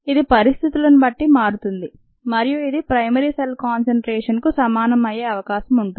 ఇది పరిస్థితులను బట్టి మారుతుంది మరియు ఇది ప్రైమరీ సెల్ కాన్సెన్ట్రేషన్కు సమానం అయ్యే అవకాశం ఉంటుంది